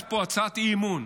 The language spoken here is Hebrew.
יש פה הצעת אי-אמון.